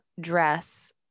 dress